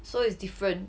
so is different